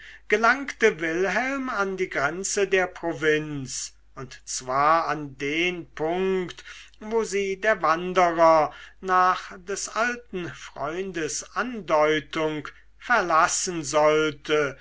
gelangte wilhelm an die grenze der provinz und zwar an den punkt wo sie der wanderer nach des alten freundes andeutung verlassen sollte